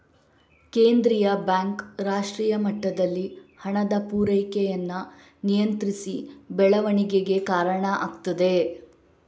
ಕೇಂದ್ರೀಯ ಬ್ಯಾಂಕ್ ರಾಷ್ಟ್ರೀಯ ಮಟ್ಟದಲ್ಲಿ ಹಣದ ಪೂರೈಕೆಯನ್ನ ನಿಯಂತ್ರಿಸಿ ಬೆಳವಣಿಗೆಗೆ ಕಾರಣ ಆಗ್ತದೆ